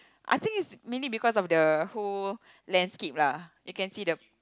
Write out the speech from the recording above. I think it's mainly because of the whole landscape lah you can see the